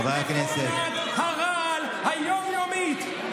מכונת הרעל היום-יומית,